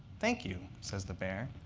thank you, says the bear.